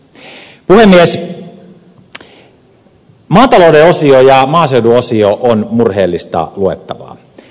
maatalouden osio ja maaseudun osio on murheellista luettavaa